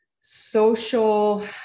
social